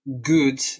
good